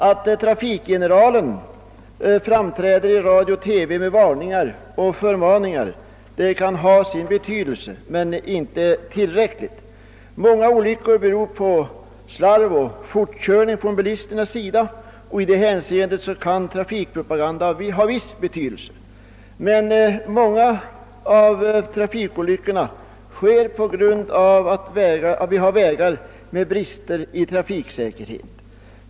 Att trafikgeneralen framträder i radio och TV med varningar och förmaningar kan ha sin betydelse men det är inte tillräckligt. Många olyckor beror på slarv och fortkörning av bilisterna och i det hänseendet kan trafikpropaganda vara av en viss betydelse. Men många av trafikolyckorna sker på grund av att våra vägar brister i fråga om trafiksäkerhet.